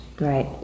right